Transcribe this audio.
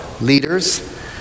leaders